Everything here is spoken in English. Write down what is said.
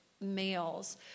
males